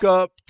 up